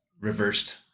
reversed